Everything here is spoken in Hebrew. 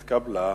התקבלה.